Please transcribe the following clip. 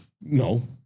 No